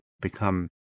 become